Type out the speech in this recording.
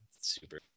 super